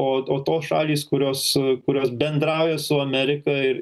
o o tos šalys kurios kurios bendrauja su amerika ir